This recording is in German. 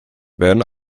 werden